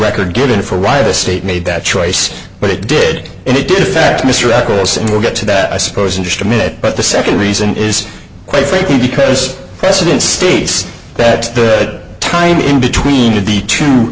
record get in for a ride the state made that choice but it did and it did affect mr eccles and we'll get to that i suppose in just a minute but the second reason is quite frankly because presidents states that the time in between to be true